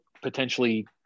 Potentially